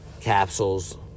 capsules